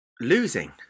Losing